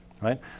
right